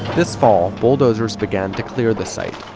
this fall, bulldozers began to clear the site.